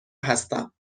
هستم